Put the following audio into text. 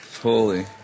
Holy